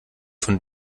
von